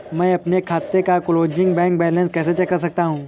मैं अपने खाते का क्लोजिंग बैंक बैलेंस कैसे चेक कर सकता हूँ?